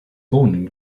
born